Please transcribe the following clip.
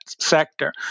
sector